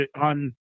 on